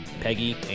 Peggy